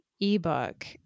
ebook